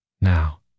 Now